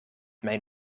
mijn